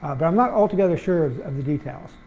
ah but i'm not altogether sure of the details,